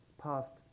past